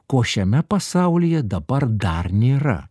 ko šiame pasaulyje dabar dar nėra